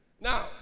Now